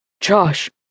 Josh